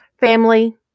Family